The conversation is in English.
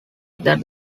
that